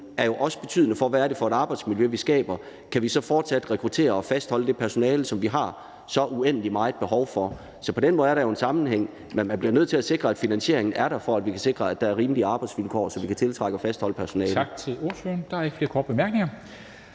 er jo også betydende for, hvad det er for et arbejdsmiljø, vi skaber. Kan vi så fortsat rekruttere og fastholde det personale, som vi har så uendelig meget behov for? Så på den måde er der jo en sammenhæng, men man bliver nødt til at sikre, at finansieringen er der, for at vi kan sikre, at der er rimelige arbejdsvilkår, så vi kan tiltrække og fastholde personale.